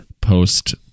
post